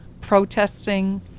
protesting